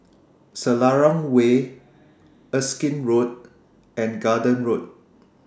Selarang Way Erskine Road and Garden Road